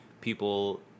people